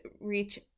reach